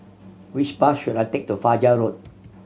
which bus should I take to Fajar Road